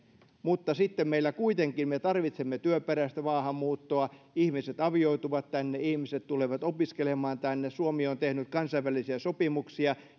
mutta kuitenkin me tarvitsemme työperäistä maahanmuuttoa ihmiset avioituvat tänne ihmiset tulevat opiskelemaan tänne suomi on tehnyt kansainvälisiä sopimuksia